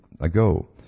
ago